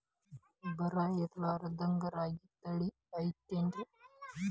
ಬರ ಇರಲಾರದ್ ರಾಗಿ ತಳಿ ಐತೇನ್ರಿ?